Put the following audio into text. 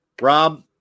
Rob